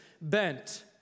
bent